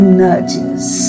nudges